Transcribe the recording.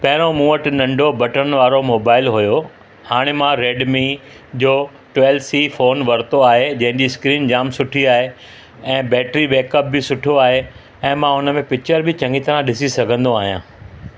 पहिरो मूं वटि नंढो बटण वारो मोबाइल हुयो हाणे मां रेडमी जो टवेल सी फोन वरितो आहे जंहिंजी स्क्रीन जाम सुठी आहे ऐं बैटरी बेकअप बि सुठो आहे ऐं मां हुनमें पिक्चर बि चङी तरह ॾिसी सघंदो आहियां